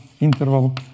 interval